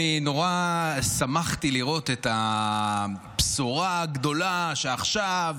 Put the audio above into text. אני נורא שמחתי לראות את הבשורה הגדולה שעכשיו